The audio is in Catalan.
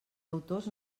autors